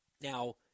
Now